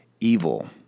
evil